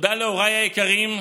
תודה להוריי היקרים,